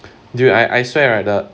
dude I I swear right the